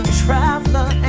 traveler